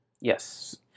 Yes